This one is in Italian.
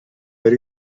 per